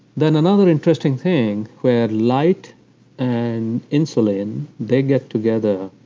then another interesting thing, where light and insulin, they get together,